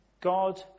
God